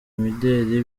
imideri